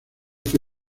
que